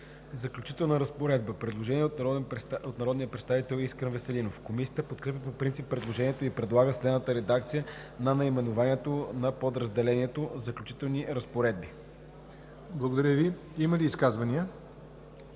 „Заключителна разпоредба“. Предложение от народния представител Искрен Веселинов. Комисията подкрепя по принцип предложението и предлага следната редакция на наименованието на подразделението: „Заключителни разпоредби“. ПРЕДСЕДАТЕЛ ЯВОР НОТЕВ: Има ли изказвания?